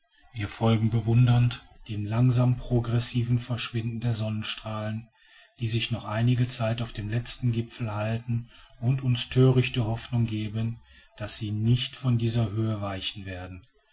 wir folgen bewundernd diesem langsam progressiven verschwinden der sonnenstrahlen die sich noch einige zeit auf dem letzten gipfel halten und uns die thörichte hoffnung geben daß sie nicht von dieser höhe weichen werden